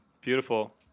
beautiful